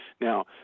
now